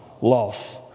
Loss